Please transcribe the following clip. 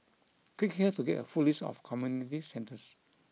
click here to get a full list of community centres